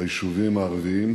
ביישובים הערביים,